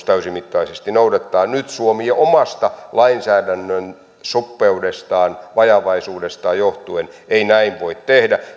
täysimittaisesti noudattaa nyt suomi jo omasta lainsäädännön suppeudestaan vajavaisuudestaan johtuen ei näin voi tehdä